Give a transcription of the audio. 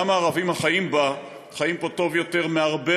גם הערבים החיים בה חיים פה טוב יותר מבהרבה